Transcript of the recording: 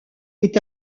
est